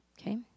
Okay